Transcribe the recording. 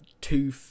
two